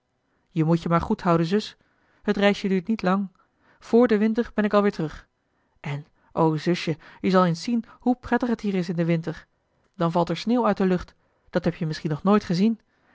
je moet je maar goed houden zus het reisje duurt niet lang vr den winter ben ik alweer terug en o zus je zal eens zien hoe prettig het hier is in den winter dan valt er sneeuw uit de lucht dat heb-je misschien nog nooit gezien